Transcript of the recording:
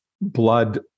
blood